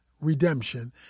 redemption